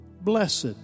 Blessed